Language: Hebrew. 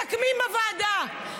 מסכמים בוועדה.